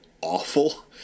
awful